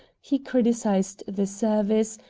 he criticised the service,